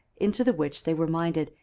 into the which they were minded,